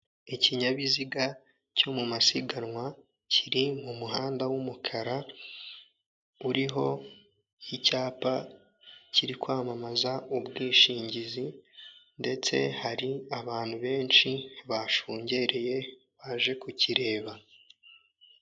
Ikinyabiziga cyo mu masiganwa kiri mu muhanda w'umukara, uriho icyapa kiri kwamamaza ubwishingizi, ndetse hari abantu benshi bashungereye baje kukireba